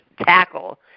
tackle